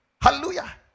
Hallelujah